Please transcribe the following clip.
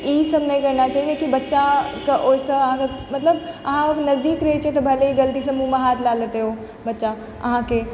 ई सब नहि रहना चाही कियाकि बच्चाके ओहिसँ अहाँके मतलब अहाँ ओकर नजदीक रहै छी तऽ भले ही गलतीसँ मुँहमे हाथ लए लेतै ओ बच्चा अहाँके